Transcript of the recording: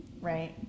Right